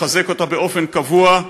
לחזק אותה באופן קבוע,